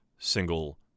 single